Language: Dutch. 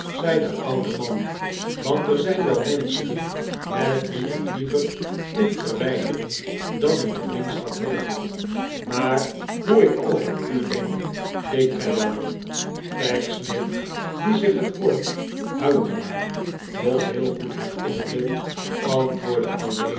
zei de oude man want er zijn wel menschen met wie ik liever in verwijdering dan in vriendschap leef maar hoe ik over u denk weet gij wel pecksniff die zich net woord huichelaar nog heel goed herinnerde antwoordde